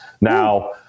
Now